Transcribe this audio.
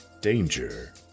danger